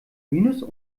minus